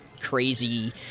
crazy